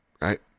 Right